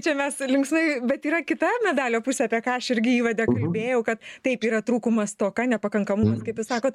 čia mes linksmai bet yra kita medalio pusė apie ką aš irgi įvade kalbėjau kad taip yra trūkumas stoka nepakankamumas kaip jūs sakot